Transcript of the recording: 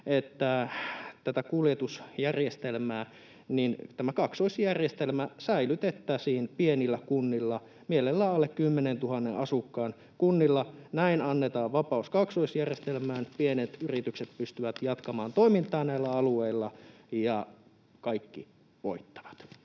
tästä kuljetusjärjestelmästä, että tämä kaksoisjärjestelmä säilytettäisiin pienillä kunnilla, mielellään alle 10 000 asukkaan kunnilla. Näin annetaan vapaus kaksoisjärjestelmään, pienet yritykset pystyvät jatkamaan toimintaa näillä alueilla ja kaikki voittavat.